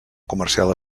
comercial